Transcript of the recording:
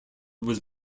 was